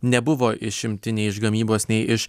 nebuvo išimti nei iš gamybos nei iš